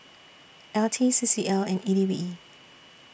L T C C L and E D B